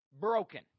broken